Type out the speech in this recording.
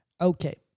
Okay